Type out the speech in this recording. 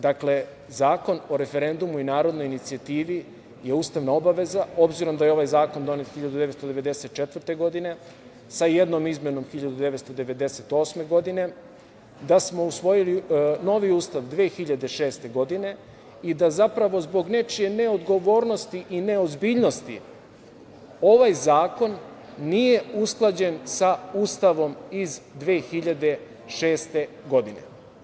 Dakle, Zakon o referendumu i narodnoj inicijativi je ustavna obaveza, obzirom da je ovaj zakon donet 1994. godine, sa jednom izmenom 1998. godine, da smo usvojili novi Ustav 2006. godine i da zapravo zbog nečije neodgovornosti i neozbiljnosti ovaj zakon nije usklađen sa Ustavom iz 2006. godine.